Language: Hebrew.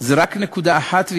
זה רק נקודה אחת ויחידה: